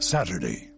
Saturday